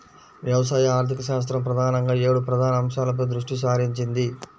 వ్యవసాయ ఆర్థికశాస్త్రం ప్రధానంగా ఏడు ప్రధాన అంశాలపై దృష్టి సారించింది